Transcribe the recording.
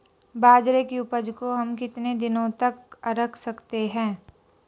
बाजरे की उपज को हम कितने दिनों तक रख सकते हैं?